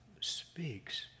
speaks